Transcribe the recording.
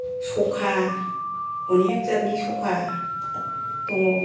सखा अनेक जातनि सखा दङ